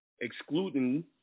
excluding